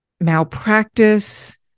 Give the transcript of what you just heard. malpractice